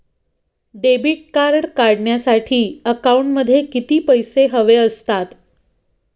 Debit card काढण्यासाठी अकाउंटमध्ये किती पैसे हवे असतात?